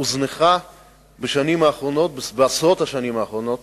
הוזנחה בעשרות השנים האחרונות